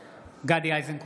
(קורא בשמות חברי הכנסת) גדי איזנקוט,